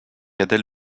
adèle